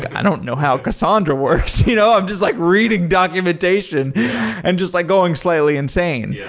i don't know how cassandra works. you know i'm just like reading documentation and just like going slightly insane. yeah